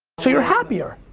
so you're happier?